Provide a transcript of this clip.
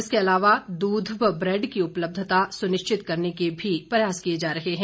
इसके अलावा दूध व ब्रैड की उपलब्धता सुनिश्चित करने के भी प्रयास किए जा रहे हैं